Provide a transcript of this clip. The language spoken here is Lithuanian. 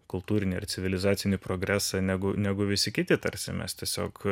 kultūrinį ar civilizacinį progresą negu negu visi kiti tarsi mes tiesiog